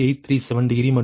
837 degree மற்றும் V3 1